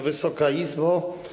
Wysoka Izbo!